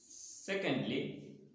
Secondly